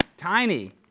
Tiny